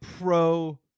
pro